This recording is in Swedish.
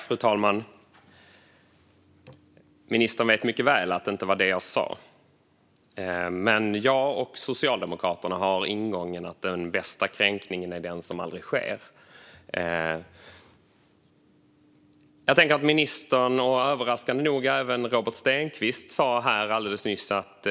Fru talman! Ministern vet mycket väl att det inte var det jag sa. Men jag och Socialdemokraterna har ingången att den bästa kränkningen är den som aldrig sker. Ministern och, överraskande nog, även Robert Stenkvist sa här alldeles nyss att